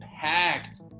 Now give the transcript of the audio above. packed